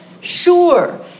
Sure